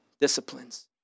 disciplines